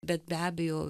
bet be abejo